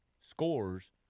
scores